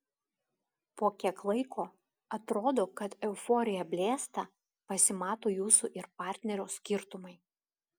po kiek laiko atrodo kad euforija blėsta pasimato jūsų ir partnerio skirtumai